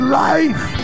life